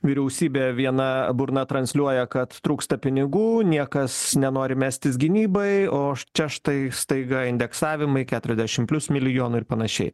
vyriausybė viena burna transliuoja kad trūksta pinigų niekas nenori mestis gynybai o čia štai staiga indeksavimai keturiasdešim plius milijono ir panašiai